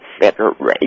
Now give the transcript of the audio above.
federation